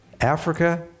Africa